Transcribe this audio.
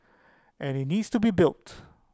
and IT needs to be built